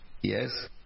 Yes